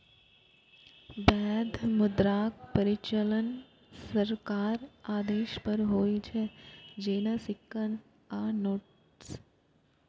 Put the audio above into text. वैध मुद्राक परिचालन सरकारक आदेश पर होइ छै, जेना सिक्का आ नोट्स